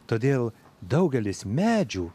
todėl daugelis medžių